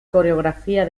coreografía